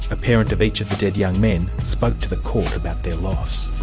a parent of each of the dead young men, spoke to the court about their loss.